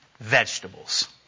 vegetables